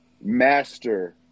master